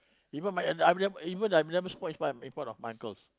even my I I have never even even I have never smoke in front of in front of my uncles